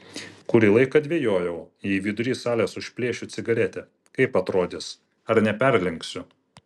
kurį laiką dvejojau jei vidury salės užplėšiu cigaretę kaip atrodys ar neperlenksiu